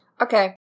Okay